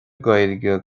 gaeilge